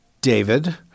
David